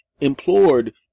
implored